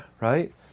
right